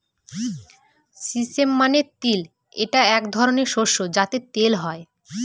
sesame মানে তিল এটা এক ধরনের শস্য যাতে তেল হয়